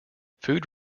food